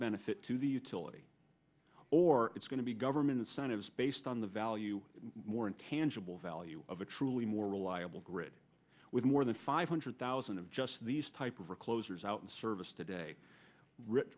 benefit to the utility or it's going to be government incentives based on the value more intangible value of a truly more reliable grid with more than five hundred thousand of just these type of recloser is out in service today rich